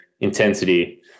intensity